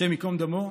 השם ייקום דמו,